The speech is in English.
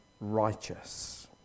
righteous